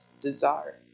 desire